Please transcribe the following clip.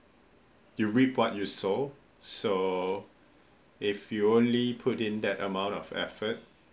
you reap what you sow it so if you only put in that amount of effort